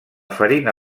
farina